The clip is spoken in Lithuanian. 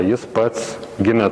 jis pats gimė